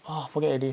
ah forget already